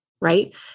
right